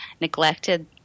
neglected